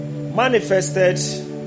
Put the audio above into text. manifested